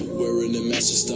were in the message